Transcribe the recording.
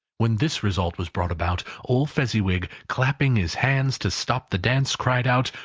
when this result was brought about, old fezziwig, clapping his hands to stop the dance, cried out,